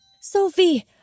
Sophie